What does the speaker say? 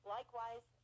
likewise